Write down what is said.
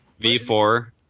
V4